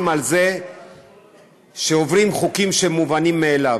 מזה שעוברים חוקים שהם מובנים מאליהם.